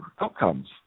outcomes